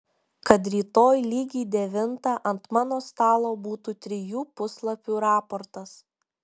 kad rytoj lygiai devintą ant mano stalo būtų trijų puslapių raportas